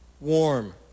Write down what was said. warm